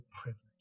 privilege